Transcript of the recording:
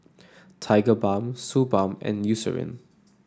Tigerbalm Suu Balm and Eucerin